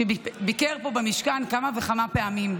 שביקר פה במשכן כמה וכמה פעמים.